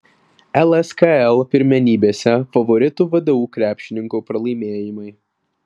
lskl pirmenybėse favoritų vdu krepšininkų pralaimėjimai